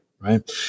Right